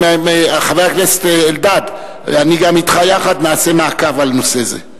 חבר הכנסת אלדד, יחד אתך גם נעשה מעקב על נושא זה.